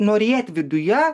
norėt viduje